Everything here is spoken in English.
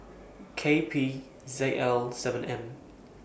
K P Z L seven M